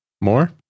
More